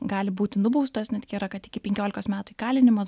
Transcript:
gali būti nubaustas netgi yra kad iki penkiolikos metų įkalinimas